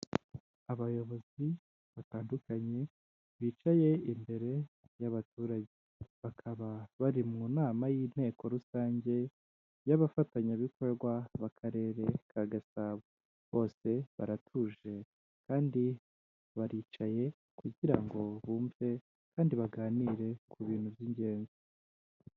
Abayobozi batandukanye bicaye imbere y'abaturage bakaba bari mu nama y'inteko rusange y'abafatanyabikorwa b'akarere ka Gasabo, bose baratuje kandi baricaye kugira ngo bumve kandi baganire ku bintu by'ingenzi.